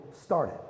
started